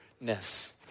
ness